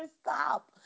Stop